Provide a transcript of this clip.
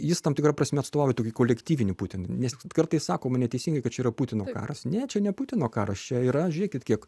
jis tam tikra prasme atstovauja tokį kolektyvinį putiną nes kartais sakoma neteisingai kad čia yra putino karas ne čia ne putino karas čia yra žiūrėkit kiek